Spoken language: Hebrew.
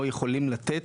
או יכולים לתת,